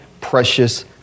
precious